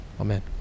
Amen